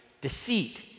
deceit